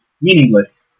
meaningless